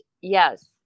yes